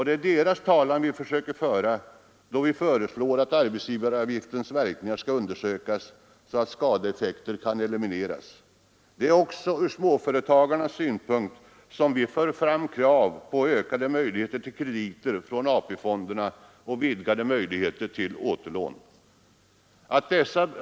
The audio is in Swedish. Det är deras talan vi försöker föra då vi föreslår, att arbetsgivaravgiftens verkningar skall undersökas så att skadeeffekterna kan elimineras. Det är också ur småföretagarnas synpunkt som vi för fram krav på ökade möjligheter till krediter från AP-fonderna och vidgade möjligheter till återlån.